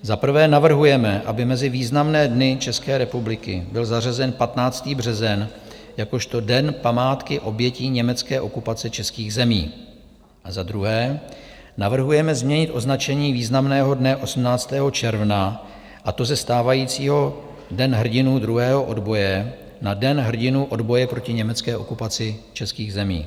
Za prvé navrhujeme, aby mezi významné dny České republiky byl zařazen 15. březen jakožto Den památky obětí německé okupace českých zemí, a za druhé navrhujeme změnit označení významného dne 18. června, a to ze stávajícího Den hrdinů druhého odboje na Den hrdinů odboje proti německé okupaci českých zemí.